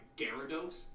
Gyarados